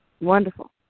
Wonderful